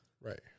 Right